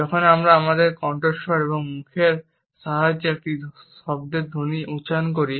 যখন আমরা আমাদের কণ্ঠস্বর এবং মুখের সাহায্যে একটি শব্দের ধ্বনি উচ্চারণ করি